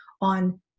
on